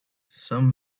some